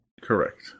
Correct